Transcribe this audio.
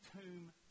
tomb